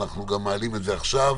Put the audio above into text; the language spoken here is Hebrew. ואנחנו מעלים את זה עכשיו